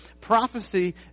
prophecy